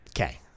Okay